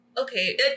Okay